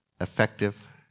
Effective